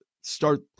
start